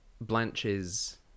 Blanche's